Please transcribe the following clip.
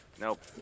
Nope